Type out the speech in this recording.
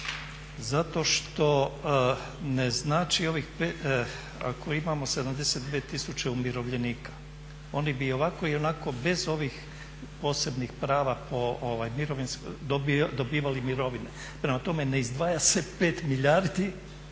zato što ne znači ako imamo 72 tisuće umirovljenika oni bi i ovako i onako bez ovih posebnih prava dobivali mirovine. Prema tome, ne izdvaja se 5 milijardi